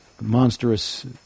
monstrous